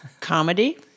Comedy